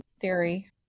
theory